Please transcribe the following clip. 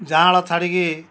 ଯାଆଁଳ ଛାଡ଼ିକି